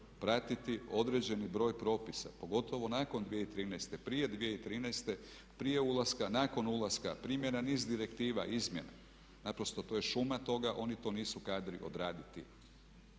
pratiti određeni broj propisa pogotovo nakon 2013., prije 2013., prije ulaska, nakon ulaska, primjena niz direktiva, izmjena. Naprosto to je šuma toga. Oni to nisu kadri odraditi.